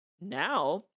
now